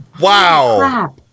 Wow